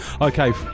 Okay